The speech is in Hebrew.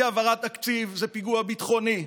אי-העברת תקציב זה פיגוע ביטחוני,